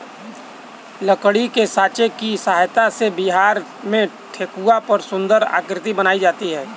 लकड़ी के साँचा की सहायता से बिहार में ठेकुआ पर सुन्दर आकृति बनाई जाती है